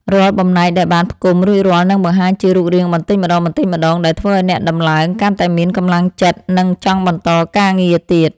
រាល់បំណែកដែលបានផ្គុំរួចរាល់នឹងបង្ហាញជារូបរាងបន្តិចម្ដងៗដែលធ្វើឱ្យអ្នកដំឡើងកាន់តែមានកម្លាំងចិត្ត និងចង់បន្តការងារទៀត។